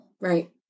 Right